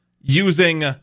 using